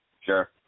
Sure